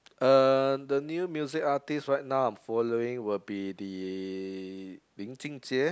uh the new music artist right I am following will be the lin jun jie